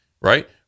right